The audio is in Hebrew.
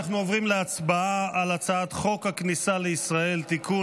אנחנו עוברים להצבעה על הצעת חוק הכניסה לישראל (תיקון,